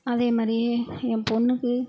அதே மாதிரியே என் பொண்ணுக்கு